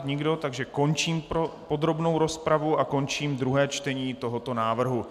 Nikdo, takže končím podrobnou rozpravu a končím druhé čtení tohoto návrhu.